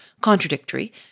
contradictory